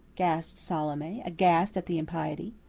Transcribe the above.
gasped salome, aghast at the impiety.